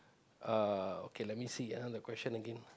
uh okay let me see ah the question again